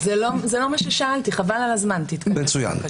זה לא מה ששאלתי, חבל על הזמן, תתקדם, בבקשה.